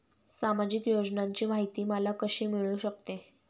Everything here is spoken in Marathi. सामाजिक योजनांची माहिती मला कशी मिळू शकते?